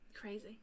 crazy